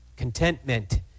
contentment